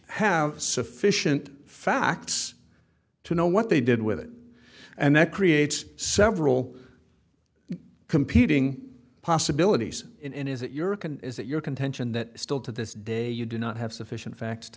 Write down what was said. have sufficient facts to know what they did with it and that creates several competing possibilities and is it your is it your contention that still to this day you do not have